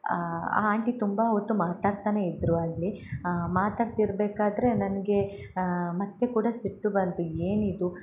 ಆ ಆಂಟಿ ತುಂಬ ಹೊತ್ತು ಮಾತಾಡ್ತಾನೇ ಇದ್ದರೂ ಅಲ್ಲಿ ಮಾತಾಡ್ತಿರ್ಬೇಕಾದರೆ ನನಗೆ ಮತ್ತು ಕೂಡ ಸಿಟ್ಟು ಬಂತು ಏನಿದು